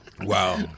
Wow